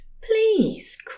Please